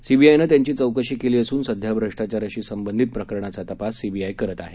सीबीआयनं त्यांची चौकशी केली असून सध्या भ्रष्टाचाराशी संबंधित प्रकरणाचा तपास सीबीआय करत आहे